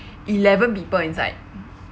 eleven people inside